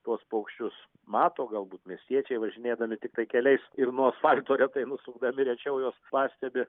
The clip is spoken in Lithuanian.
tuos paukščius mato galbūt miestiečiai važinėdami tiktai keliais ir nuo asfalto retai nusukdami rečiau juos pastebi